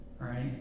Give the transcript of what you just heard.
right